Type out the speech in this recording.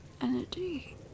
energy